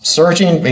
searching